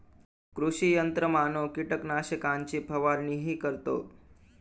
कृषी यंत्रमानव कीटकनाशकांची फवारणीही करतो